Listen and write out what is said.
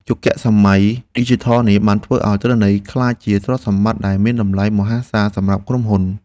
យុគសម័យឌីជីថលនេះបានធ្វើឱ្យទិន្នន័យក្លាយជាទ្រព្យសម្បត្តិដែលមានតម្លៃមហាសាលសម្រាប់ក្រុមហ៊ុន។